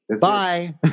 Bye